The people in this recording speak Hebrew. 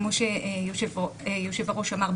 כמו שהיושב-ראש אמר,